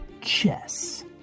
Chess